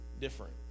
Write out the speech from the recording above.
different